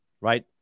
Right